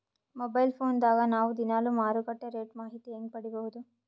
Mobile phone ದಾಗ ನಾವು ದಿನಾಲು ಮಾರುಕಟ್ಟೆ ರೇಟ್ ಮಾಹಿತಿ ಹೆಂಗ ಪಡಿಬಹುದು?